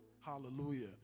Hallelujah